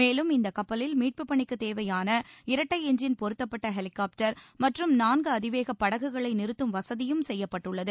மேலும் இந்தக் கப்பலில் மீட்புப் பணிக்குத் தேவையான இரட்டை என்ஜின் பொருத்தப்பட்ட ஹெலிகாப்டர் மற்றும் நான்கு அதிவேகப் படகுகளை நிறுத்தும் வசதியும் செய்யப்பட்டுள்ளது